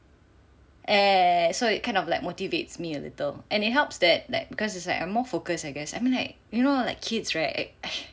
and so it kind of like motivates me a little and it helps that that because it's like I am more focus I guess I mean like you know like kids right